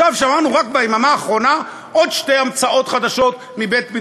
רק ביממה האחרונה שמענו עוד שתי המצאות מבית-מדרשו